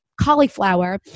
cauliflower